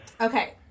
Okay